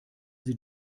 sie